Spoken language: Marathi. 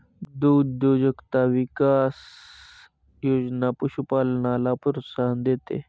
दुग्धउद्योजकता विकास योजना पशुपालनाला प्रोत्साहन देते